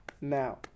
Now